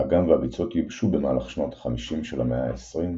האגם והביצות יובשו במהלך שנות ה-50 של המאה ה-20,